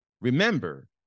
remember